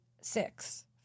six